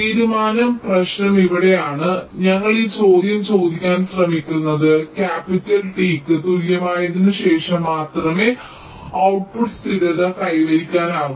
തീരുമാന പ്രശ്നം ഇവിടെയാണ് ഞങ്ങൾ ഈ ചോദ്യം ചോദിക്കാൻ ശ്രമിക്കുന്നത് ക്യാപിറ്റൽ tക്ക് തുല്യമായതിനുശേഷം മാത്രമേ ഔട്ട്പുട്ട് സ്ഥിരത കൈവരിക്കാനാകൂ